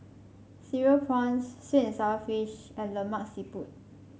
Cereal Prawns sweet and sour fish and Lemak Siput